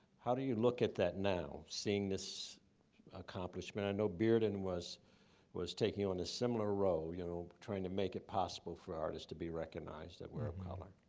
how do you look at that now, seeing this accomplishment? i know bearden was was taking on a similar role, you know trying to make it possible for artists to be recognized, that were of um color.